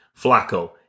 Flacco